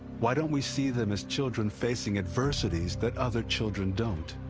why don't we see them as children facing adversities that other children don't?